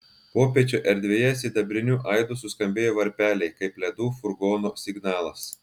popiečio erdvėje sidabriniu aidu suskambėjo varpeliai kaip ledų furgono signalas